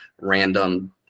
random